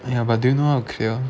ya but do you know how to clear